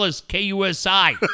K-U-S-I